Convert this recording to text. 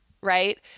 Right